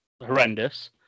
horrendous